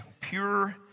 pure